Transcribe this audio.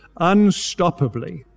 unstoppably